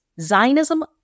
zionism